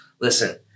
Listen